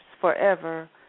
forever